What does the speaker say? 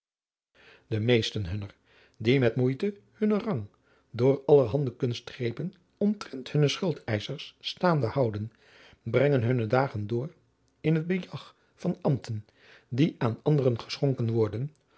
de meesten hunner die met moeite hunnen rang door allerhande kunstgrepen omtrent hunne schuldeischers staande houden brengen hunne dagen door in het bejag van ambten die aan anderen geschonken worden